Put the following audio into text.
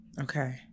Okay